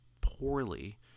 poorly